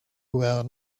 were